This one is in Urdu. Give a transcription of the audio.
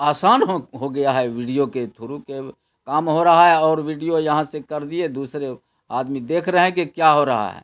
آسان ہو ہو گیا ہے ویڈیو کے تھرو کہ کام ہو رہا ہے اور ویڈیو یہاں سے کر دیے دوسرے آدمی دیکھ رہے ہیں کہ کیا ہو رہا ہے